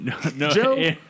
Joe